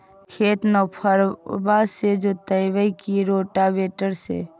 खेत नौफरबा से जोतइबै की रोटावेटर से?